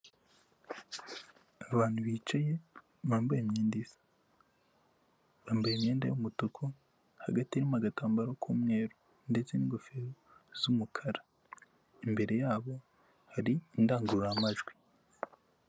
Abantu bicaye bambaye imyenda isa, bambaye imyenda y'umutuku hagati irimo agatambaro k'umweru ndetse n'ingofero z'umukara imbere yabo hari indangururamajwi.